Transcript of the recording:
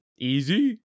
Easy